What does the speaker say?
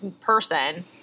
person –